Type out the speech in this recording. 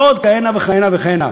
ועוד כהנה וכהנה וכהנה.